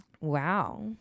Wow